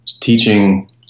teaching